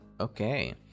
okay